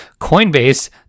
Coinbase